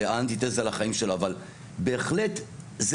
זה האנטיתזה לחיים שלו אבל בהחלט זה